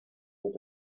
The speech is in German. mit